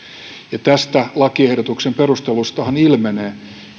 lakiehdotuksen perusteluistahan ilmenee